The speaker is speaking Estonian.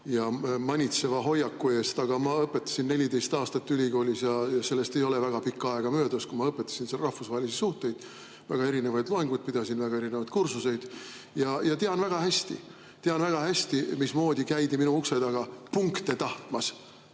ja manitseva hoiaku eest. Aga ma õpetasin 14 aastat ülikoolis ja sellest ei ole väga pikka aega möödas, kui ma õpetasin seal rahvusvahelisi suhteid, väga erinevaid loenguid pidasin, väga erinevaid kursuseid. Tean väga hästi – tean väga hästi! –, mismoodi käidi minu ukse taga punkte tahtmas,